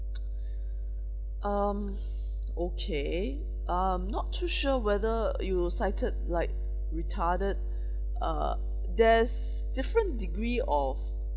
um okay um not too sure whether you cited like retarded uh there's different degree of